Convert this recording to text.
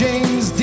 James